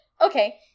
Okay